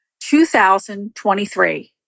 2023